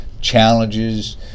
challenges